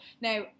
Now